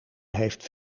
heeft